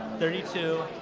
thirty two,